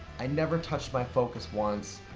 i never touched my focus once.